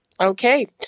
Okay